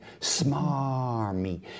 smarmy